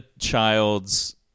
child's